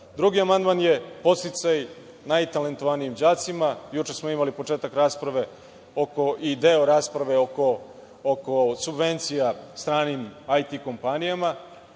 stvar. Drugi amandman je podsticaj najtalentovanijim đacima. Juče smo imali početak rasprave oko subvencija stranim IT kompanijama